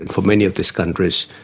and for many of these countries,